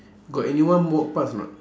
got anyone walk past or not